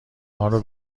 مارو